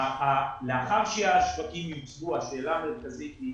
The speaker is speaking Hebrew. לאחר שהשווקים יוצבו, השאלה המרכזית היא